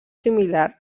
similar